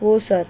हो सर